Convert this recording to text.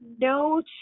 No